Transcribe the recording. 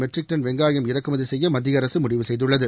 matric ton வெங்காயம் இறக்குமதி செய்ய மத்திய அரசு முடிவு செய்துள்ளது